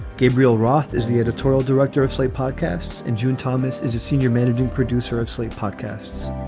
gabriel roth is the editorial director of slate podcasts in june. thomas is a senior managing producer of slate podcasts.